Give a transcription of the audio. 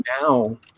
now